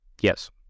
Yes